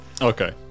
Okay